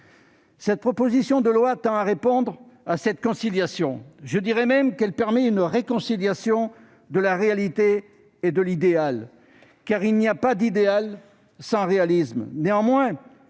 Ce projet de loi tend à répondre à cette conciliation, je dirais même qu'il permet une réconciliation de la réalité et de l'idéal, car il n'y a pas d'idéal sans réalisme.